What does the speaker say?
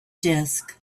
disk